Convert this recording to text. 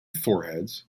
foreheads